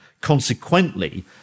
Consequently